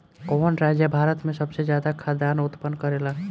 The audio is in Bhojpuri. कवन राज्य भारत में सबसे ज्यादा खाद्यान उत्पन्न करेला?